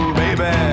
baby